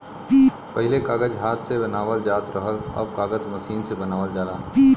पहिले कागज हाथ से बनावल जात रहल, अब कागज मसीन से बनावल जाला